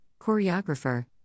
choreographer